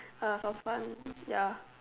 uh sounds fun ya